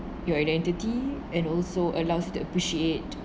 your identity and also allows you to appreciate